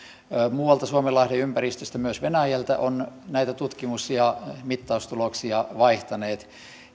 muualta suomenlahden ympäristöstä myös venäjältä ovat näitä tutkimus ja mittaustuloksia vaihtaneet